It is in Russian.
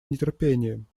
нетерпением